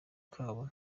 kabo